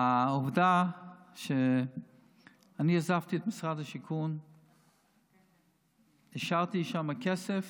העובדה היא שאני עזבתי את משרד השיכון והשארתי שם כסף